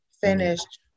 finished